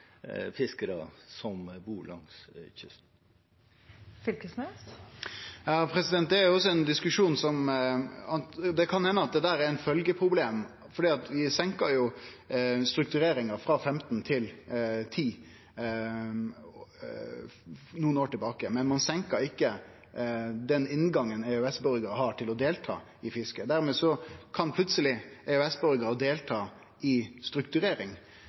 som bor langs kysten? Det kan hende at det er eit følgjeproblem. Vi senka jo struktureringa frå 15 til 10 nokre år tilbake, men ein senka ikkje den inngangen EØS-borgarar har til å delta i fisket. Dermed kan plutseleg EØS-borgarar delta i strukturering,